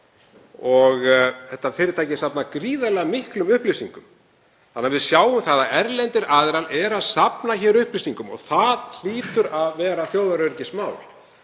og fyrirtækið safnar gríðarlega miklum upplýsingum. Við sjáum að erlendir aðilar eru að safna hér upplýsingum og það hlýtur að vera þjóðaröryggismál.